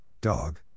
Dog